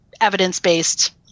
evidence-based